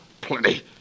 Plenty